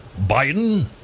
Biden